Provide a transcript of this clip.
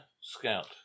scout